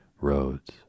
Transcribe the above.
roads